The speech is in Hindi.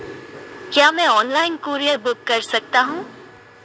क्या मैं ऑनलाइन कूरियर बुक कर सकता हूँ?